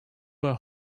were